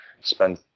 spend